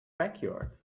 backyard